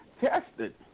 tested